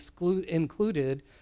included